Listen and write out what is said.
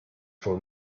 for